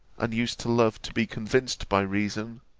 and used to love to be convinced by reason,